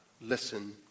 listen